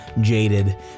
jaded